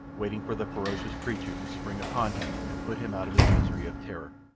waiting for the ferocious creature to spring upon him and put him out of his misery of terror.